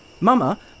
Mama